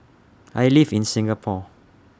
I live in Singapore